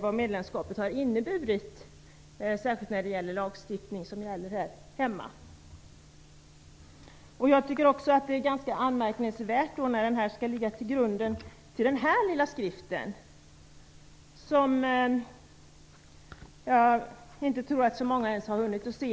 vad medlemskapet har inneburit, särskilt när det gäller lagstiftningen här hemma. Jag tycker också att det är ganska anmärkningsvärt, eftersom detta skall ligga till grund för den här lilla skriften som jag nu håller upp och som det nog inte är så många som har hunnit att läsa.